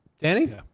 Danny